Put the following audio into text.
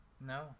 No